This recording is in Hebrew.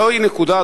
זו נקודה,